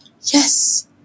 Yes